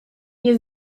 nie